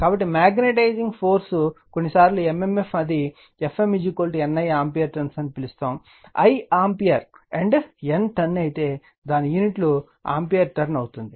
కాబట్టి magnetising force లేదా కొన్నిసార్లు m m f అది Fm N I ampere turns అని పిలుస్తారు I ఆంపియర్ మరియు N టర్న్ అయితే దాని యూనిట్ లు ఆంపియర్ టర్న్ అవుతుంది